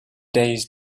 days